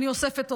אני אוספת עדויות,